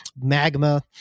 magma